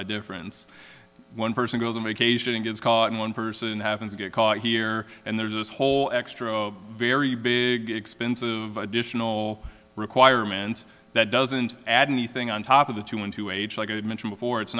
a difference one person goes on vacation and gets caught and one person happens to get caught here and there's this whole extra very big expensive additional requirement that doesn't add anything on top of the two men to age like i did mention before it's